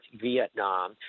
Vietnam